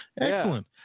Excellent